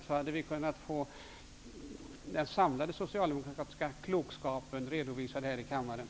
Då hade vi kunnat få den samlade socialdemokratiska klokskapen redovisad här i kammaren.